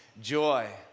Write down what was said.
joy